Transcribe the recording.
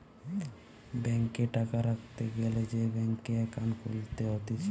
ব্যাংকে টাকা রাখতে গ্যালে সে ব্যাংকে একাউন্ট খুলতে হতিছে